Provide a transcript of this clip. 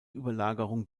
überlagerung